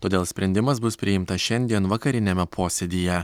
todėl sprendimas bus priimtas šiandien vakariniame posėdyje